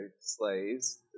slaves